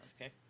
okay